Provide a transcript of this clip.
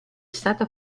stata